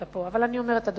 אני מודעת לכל המורכבות,